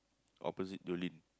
opposite Jolene